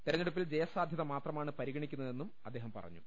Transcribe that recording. തെരഞ്ഞെ ടുപ്പിൽ ജയസാധ്യത് മാത്രമാണ് പരിഗണിക്കുന്നതെന്നും കോടിയേരി പറഞ്ഞു